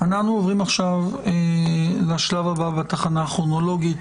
עוברים לשלב הבא בתחנה הכרונולוגית.